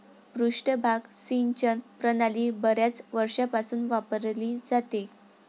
पृष्ठभाग सिंचन प्रणाली बर्याच वर्षांपासून वापरली जाते